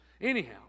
Anyhow